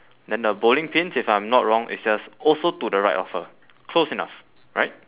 then the bowling pins if I'm not wrong is just also to the right of her close enough right